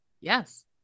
yes